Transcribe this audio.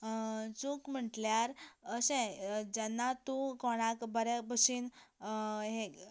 चूक म्हणल्यार अशें जेन्ना तूं कोणाक बऱ्या भशेन हें